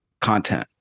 content